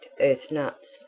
earth-nuts